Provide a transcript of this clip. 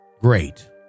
great